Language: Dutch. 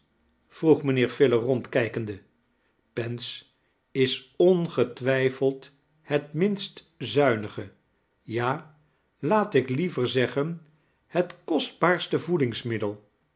vi-oeg mijnlieer filer rondkijkende pens is ongetwijfeld het minst zuinige ja laat ik liever zeggen het kostbaarste voedingsmiddel